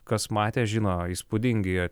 kas matė žino įspūdingi